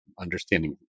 understanding